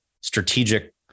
strategic